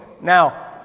Now